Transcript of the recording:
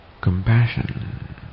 compassion